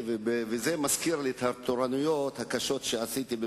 לזה אני לא יכול להתחייב.